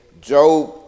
Job